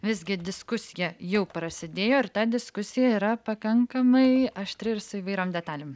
visgi diskusija jau prasidėjo ir ta diskusija yra pakankamai aštri ir su įvairiom detalėm